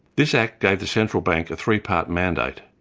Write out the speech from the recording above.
this act gave the central bank a three-part mandate,